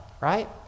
right